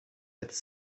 its